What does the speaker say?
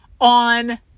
on